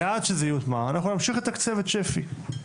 ועד שזה יוטמע אנחנו נמשיך לתקצב את שפ"י,